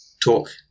Talk